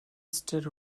stood